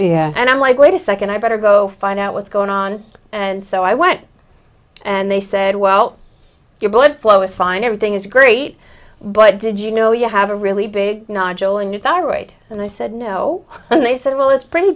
young and i'm like wait a second i better go find out what's going on and so i went and they said well your blood flow is fine everything is great but did you know you have a really big nodule and it's all right and i said no and they said well it's pretty